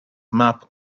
map